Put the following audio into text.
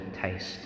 taste